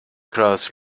cloth